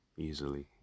Easily